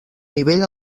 nivell